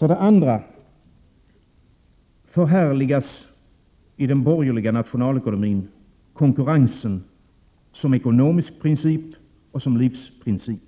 Vidare förhärligas i den borgerliga nationalekonomin konkurrensen som ekonomisk princip och som livsprincip.